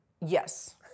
yes